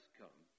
come